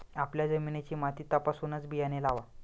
आपल्या जमिनीची माती तपासूनच बियाणे लावा